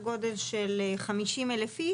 3,000 תביעות.